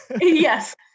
Yes